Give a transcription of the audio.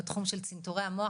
בתחום של צנתורי המוח,